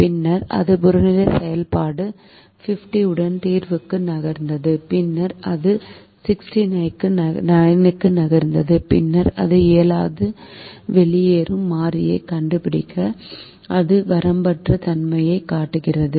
பின்னர் அது புறநிலை செயல்பாடு 50 உடன் தீர்வுக்கு நகர்ந்தது பின்னர் அது 69 க்கு நகர்ந்தது பின்னர் அது இயலாது வெளியேறும் மாறியைக் கண்டுபிடிக்க அது வரம்பற்ற தன்மையைக் காட்டுகிறது